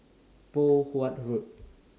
Poh Huat Road